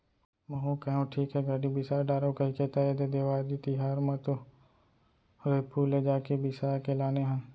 महूँ कहेव ठीक हे गाड़ी बिसा डारव कहिके त ऐदे देवारी तिहर म तो रइपुर ले जाके बिसा के लाने हन